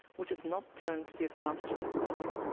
which has not turned to the advantage of equality.